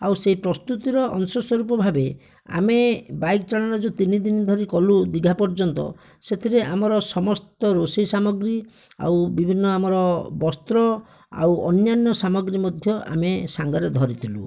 ଆଉ ସେହି ପ୍ରସ୍ତୁତିର ଅଂଶ ସ୍ୱରୂପ ଭାବେ ଆମେ ବାଇକ ଚାଳନା ଯେଉଁ ତିନି ଦିନି ଧରି କଲୁ ଦୀଘା ପର୍ଯ୍ୟନ୍ତ ସେଥିରେ ଆମର ସମସ୍ତ ରୋଷେଇ ସାମଗ୍ରୀ ଆଉ ବିଭିନ୍ନ ଆମର ବସ୍ତ୍ର ଆଉ ଅନ୍ୟାନ୍ୟ ସାମଗ୍ରୀ ମଧ୍ୟ ଆମେ ସାଙ୍ଗରେ ଧରିଥିଲୁ